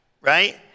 right